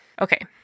Okay